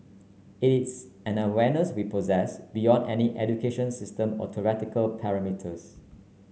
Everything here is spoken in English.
it is an awareness we possess beyond any education system or theoretical perimeters